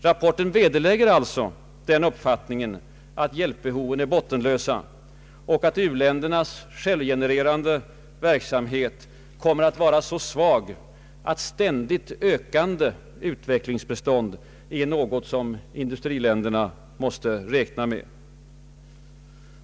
Rapporten vederlägger alltså den uppfattningen att hjälpbehoven är bottenlösa och att u-ländernas självgenererande verksamhet kommer att vara så svag, att ständigt ökande utvecklingsbistånd är något som industriländerna måste räkna med.